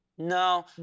No